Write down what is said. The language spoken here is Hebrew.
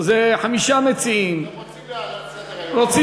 זה חמישה מציעים, הם רוצים להעלות לסדר-היום.